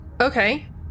Okay